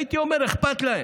הייתי אומר: אכפת להם.